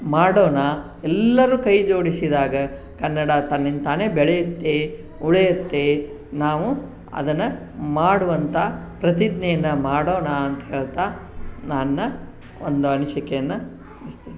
ಮಾಡೋಣ ಎಲ್ಲರು ಕೈ ಜೋಡಿಸಿದಾಗ ಕನ್ನಡ ತನ್ನಿಂದ ತಾನೇ ಬೆಳಿಯುತ್ತೆ ಉಳಿಯುತ್ತೆ ನಾವು ಅದನ್ನು ಮಾಡುವಂತ ಪ್ರತಿಜ್ಞೆಯನ್ನು ಮಾಡೋಣ ಅಂತ ಹೇಳ್ತಾ ನನ್ನ ಒಂದು ಅನಿಸಿಕೆಯನ್ನು ಮುಗಿಸ್ತೇನೆ